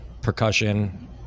percussion